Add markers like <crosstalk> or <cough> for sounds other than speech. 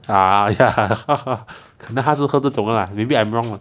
ah ya <laughs> 可能他是喝这种啊 maybe I'm wrong uh